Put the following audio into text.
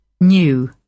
New